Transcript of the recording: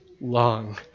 long